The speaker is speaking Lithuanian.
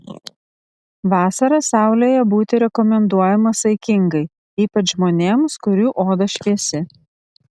vasarą saulėje būti rekomenduojama saikingai ypač žmonėms kurių oda šviesi